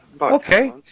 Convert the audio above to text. Okay